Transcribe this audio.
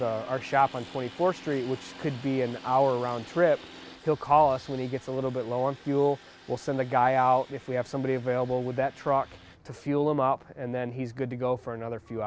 hour round trip he'll call us when he gets a little bit low on fuel will send the guy out if we have somebody available with that truck to fuel them up and then he's good to go for another few